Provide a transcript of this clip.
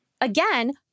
again